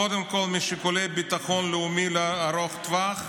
קודם כול משיקולי ביטחון לאומי ארוך טווח.